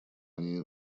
они